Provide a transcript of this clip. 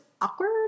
awkward